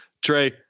Trey